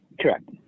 Correct